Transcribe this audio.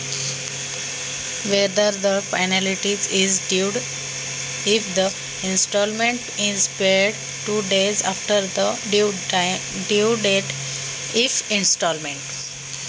हप्त्याच्या अंतिम तारखेनंतर दोन दिवसानंतर हप्ता भरला तर दंड माफ होतो का?